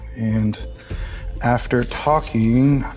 and after talking,